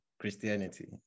Christianity